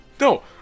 No